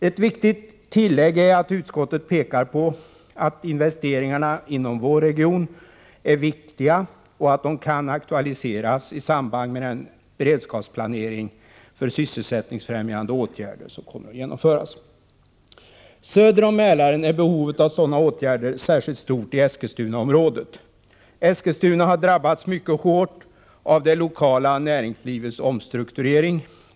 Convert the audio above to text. Ett betydelsefullt tillägg är att utskottet pekar på att investeringarna inom vår region är viktiga och att de kan aktualiseras i sammanhang med den beredskapsplanering för sysselsättningsfrämjande åtgärder som kommer att genomföras. Söder om Mälaren är behovet av sådana åtgärder särskilt stort i Eskilstunaområdet. Eskilstuna har drabbats mycket hårt av det lokala näringslivets omstrukturering.